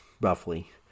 roughly